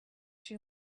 she